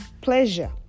pleasure